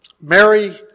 Mary